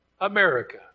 America